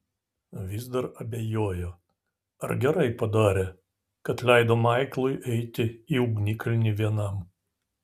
vis dar abejojo ar gerai padarė kad leido maiklui eiti į ugnikalnį vienam